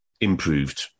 improved